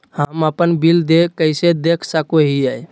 हम अपन बिल देय कैसे देख सको हियै?